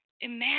Imagine